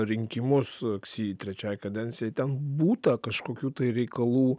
rinkimus rugsėjį trečiai kadencijai ten būta kažkokių tai reikalų